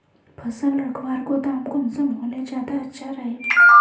फसल रखवार गोदाम कुंसम होले ज्यादा अच्छा रहिबे?